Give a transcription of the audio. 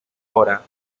hora